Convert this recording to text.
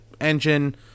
engine